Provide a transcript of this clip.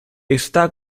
está